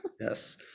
Yes